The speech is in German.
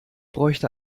bräuchte